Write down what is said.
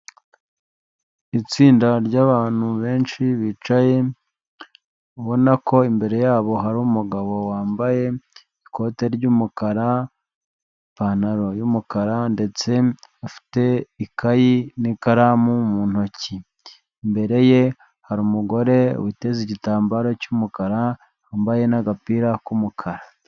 Itsinda ry'abantu benshi bicaye ubona ko imbere yabo hari umugabo wambaye ikote ry'umukara, ipantaro y'umukara ndetse afite ikayi n'ikaramu mu ntoki, imbere ye hari umugore witeze igitambaro cy'umukara wambaye n'agapira k'umukara.